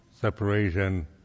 separation